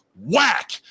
whack